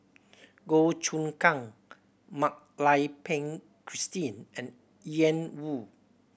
Goh Choon Kang Mak Lai Peng Christine and Yan Woo